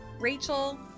Rachel